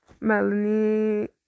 Melanie